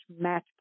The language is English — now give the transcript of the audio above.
match